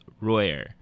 Royer